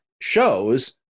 shows